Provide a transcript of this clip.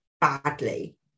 badly